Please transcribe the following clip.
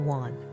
one